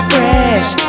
Fresh